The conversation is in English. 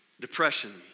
depression